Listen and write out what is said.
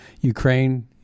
Ukraine